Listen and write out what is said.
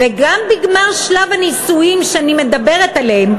וגם בגמר שלב הניסויים שאני מדברת עליהם,